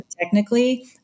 technically